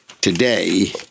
today